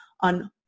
on